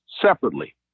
separately